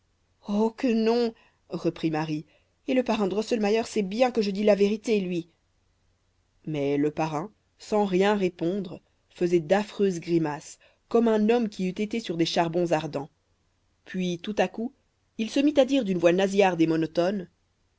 oh que non reprit marie et le parrain drosselmayer sait bien que je dis la vérité lui mais le parrain sans rien répondre faisait d'affreuses grimaces comme un homme qui eût été sur des charbons ardents puis tout à coup il se mit à dire d'une voix nasillarde et monotone